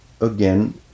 again